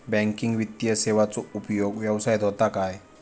Banking वित्तीय सेवाचो उपयोग व्यवसायात होता काय?